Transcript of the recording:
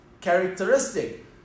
characteristic